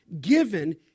given